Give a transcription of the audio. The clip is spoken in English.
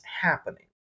happening